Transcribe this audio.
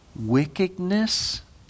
wickedness